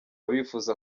bifuza